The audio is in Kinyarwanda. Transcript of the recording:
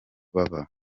baba